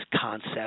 concept